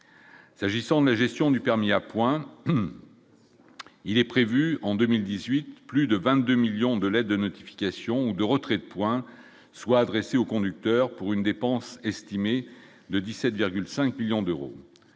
S'agissant de la gestion du permis à points, il est prévu en 2018 plus de 22 millions de lei de notification ou de retrait de points soit adressée au conducteur pour une dépense estimée de 17,5 millions d'euros,